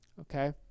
Okay